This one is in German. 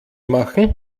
machen